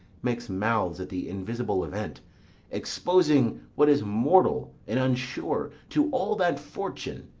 makes mouths at the invisible event exposing what is mortal and unsure to all that fortune,